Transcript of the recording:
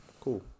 cool